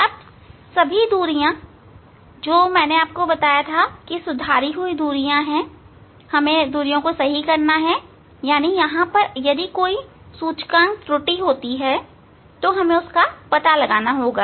अब सही दूरियां जैसा मैंने आपको बताया था यह सुधारी हुई दूरी है मतलब यदि यहां कोई सूचकांक त्रुटि है तो इसका पता कैसे लगाया जाए